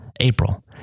April